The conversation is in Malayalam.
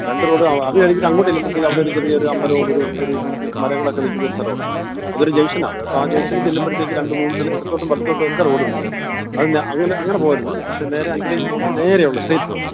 രണ്ട് റോഡ് അത് കഴിഞ്ഞിട്ട് അങ്ങോട്ട് ചെല്ലുമ്പോഴത്തേക്ക് അവിടെ ഒരു ചെറിയ അമ്പലവും ഒരു ഓരോരു മരങ്ങളൊക്കെ നിൽക്കുന്ന ഒരു സ്ഥലമുണ്ട് അതൊരു ജംഗ്ഷൻ ആണ് കേട്ടോ ആ ജംഗ്ഷനിൽ ചെല്ലുമ്പോഴത്തേക്ക് രണ്ടുമൂന്ന് സ്ഥലം ഇടത്തോട്ടും വലത്തോട്ടും ഒക്കെ റോഡ് ഉണ്ട് അതിൻ്റെ അങ്ങനെ അങ്ങനെ പോകരുത് പക്ഷേ നേരെ അഞ്ചലിലേക്ക് പോകുന്ന നേരെയുള്ള സ്ട്രെയിറ്റ് റോഡ്